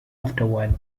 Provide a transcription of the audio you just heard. afterward